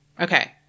Okay